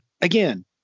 again